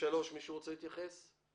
מישהו רוצה להתייחס לסעיף (3)?